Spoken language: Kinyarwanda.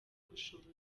ubushobozi